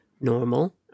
normal